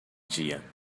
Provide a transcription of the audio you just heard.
dia